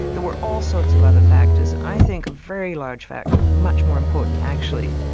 there were all sorts of other factors. i think a very large factor, much more important actually,